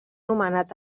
nomenat